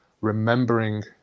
remembering